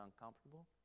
uncomfortable